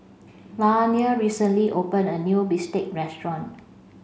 Lainey recently opened a new Bistake Restaurant